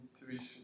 intuition